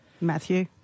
Matthew